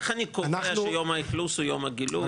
איך אני קובע שיום האכלוס הוא יום הגילוי,